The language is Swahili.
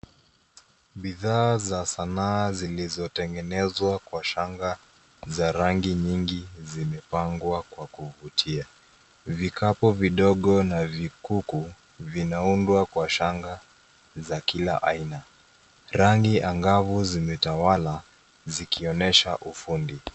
Bidhaa za sanaa zilizotengenezwa kwa shanga za rangi nyingi zimepangwa kwa kuvutia. Vikapu vidogo, na vikuku vinaundwa kwa shanga za kila aina. Rangi angavu zimetawala, zikionyesha ufundi.